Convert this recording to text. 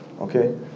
Okay